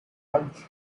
culture